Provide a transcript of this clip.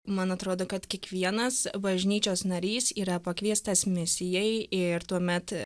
man atrodo kad kiekvienas bažnyčios narys yra pakviestas misijai ir tuomet